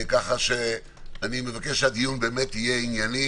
אני מבקש שהדיון יהיה ענייני